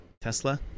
tesla